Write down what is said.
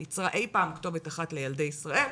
ייצרה אי פעם כתובת אחת לילדי ישראל.